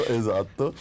esatto